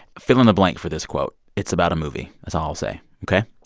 fill in the blank for this quote. it's about a movie. that's all i'll say. ok?